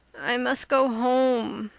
i must go home,